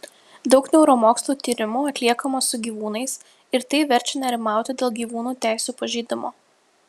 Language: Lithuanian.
daug neuromokslų tyrimų atliekama su gyvūnais ir tai verčia nerimauti dėl gyvūnų teisių pažeidimo